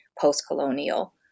post-colonial